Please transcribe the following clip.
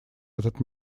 этот